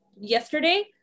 yesterday